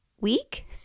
week